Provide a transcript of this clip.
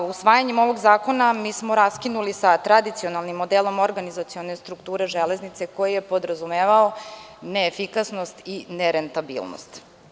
Usvajanjem ovog zakona mi smo raskinuli sa tradicionalnim modelom organizacione strukture železnice, koji je podrazumevao neefikasnost i nerentabilnost.